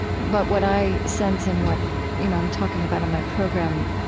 but what i sense and what you know i'm talking about on my program,